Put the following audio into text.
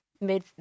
made